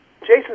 Jason